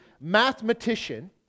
mathematician